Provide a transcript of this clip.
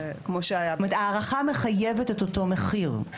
ההערכה מחייבת את אותו מחיר.